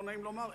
לא נעים לומר,